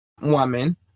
woman